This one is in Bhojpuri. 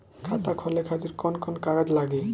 खाता खोले खातिर कौन कौन कागज लागी?